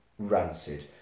Rancid